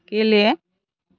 गेले